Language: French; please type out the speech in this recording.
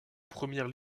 première